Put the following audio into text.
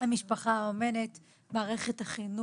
המשפחה האומנת, מערכת החינוך.